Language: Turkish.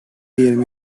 yirmi